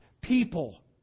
people